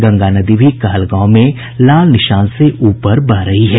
गंगा नदी भी कहलगांव में लाल निशान से ऊपर बह रही है